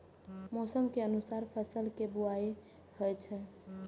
मौसम के अनुसार फसल के बुआइ होइ छै